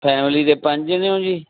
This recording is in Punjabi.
ਫੈਮਿਲੀ ਦੇ ਪੰਜ ਜਣੇ ਹੋ ਜੀ